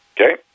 Okay